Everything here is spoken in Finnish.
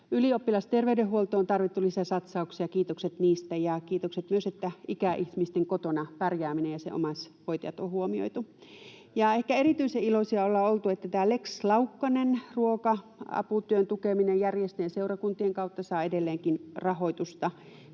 Ylioppilasterveydenhuoltoon on tarvittu lisäsatsauksia, kiitokset niistä, ja kiitokset myös, että ikäihmisten kotona pärjääminen ja omaishoitajat on huomioitu. Ehkä erityisen iloisia ollaan oltu siitä, että tämä Lex Laukkanen, ruoka-aputyön tukeminen järjestöjen ja seurakuntien kautta, saa edelleenkin rahoitusta.